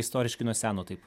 istoriškai nuo seno taip